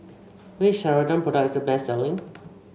which Ceradan product is the best selling